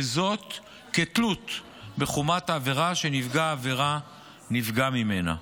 וזאת כתלות בחומרת העבירה שנפגע העבירה נפגע ממנה.